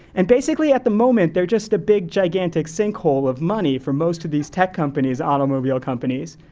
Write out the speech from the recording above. and basically at the moment they're just a big gigantic sinkhole of money from most of these tech companies, automobile companies.